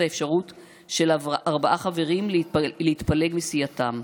האפשרות של ארבעה חברים להתפלג מסיעתם.